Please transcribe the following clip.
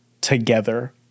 together